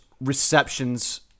receptions